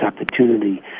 opportunity